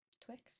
Twix